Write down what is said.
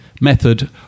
method